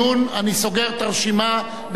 אני סוגר את הרשימה בעוד דקה.